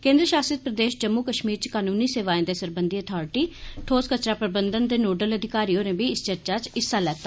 केन्द्र शासित प्रदेश जम्मू कश्मीर दी कानूनी सेवाएं सरबंधी अथार्टी ठोस कचरा प्रबंधन दे नोडल अधिकारी होरें बी इस चर्चा च हिस्सा लैता